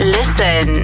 Listen